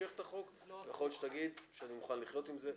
מושך את החוק ויכול להיות שתגיד לי שאתה מוכן לחיות עם זה.